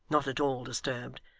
not at all disturbed,